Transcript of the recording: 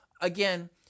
Again